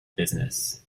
business